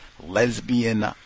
lesbian